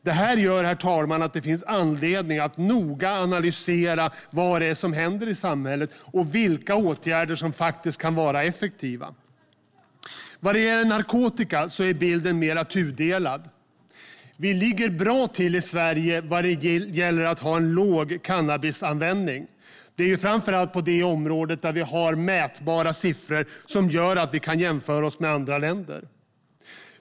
Det här gör, herr talman, att det finns anledning att noga analysera vad det är som händer i samhället och vilka åtgärder som faktiskt kan vara effektiva. Vad gäller narkotikan är bilden mer tudelad. Vi ligger bra till i Sverige när det gäller cannabisanvändningen, som är låg. Det är framför allt på det området som vi har mätbara siffror som gör att vi kan jämföra oss med andra länder.